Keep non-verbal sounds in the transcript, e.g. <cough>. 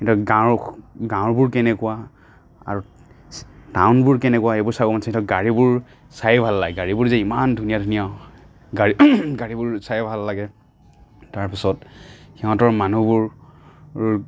এতিয়া গাঁও গাঁওবোৰ কেনেকুৱা আৰু টাউনবোৰ কেনেকুৱা এইবোৰ চাবলৈ মন আছে <unintelligible> গাড়ীবোৰ চায়েই ভাল লাগে গাড়ীবোৰ যে ইমান ধুনীয়া ধুনীয়া গাড়ী গাড়ীবোৰ চায়েই ভাল লাগে তাৰপাছত সিহঁতৰ মানুহবোৰ